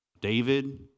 David